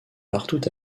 partout